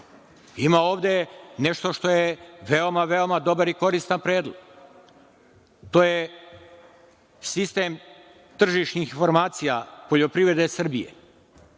Ima ovde nešto što je veoma, veoma dobar i koristan predlog. To je sistem tržišnih informacija poljoprivrede Srbije.